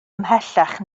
ymhellach